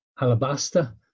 alabaster